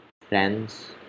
friends